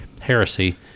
Heresy